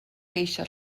geisio